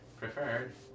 preferred